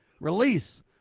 Release